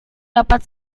dapat